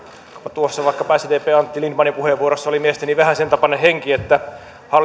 vaikkapa sdpn antti lindtmanin puheenvuorossa oli mielestäni vähän sen tapainen henki että hallituksen hyvät